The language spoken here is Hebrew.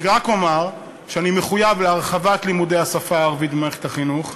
אני רק אומר שאני מחויב להרחבת לימודי השפה הערבית במערכת החינוך,